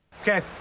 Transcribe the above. Okay